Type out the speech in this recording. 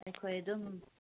ꯑꯩꯈꯣꯏ ꯑꯗꯨꯝ